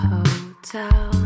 Hotel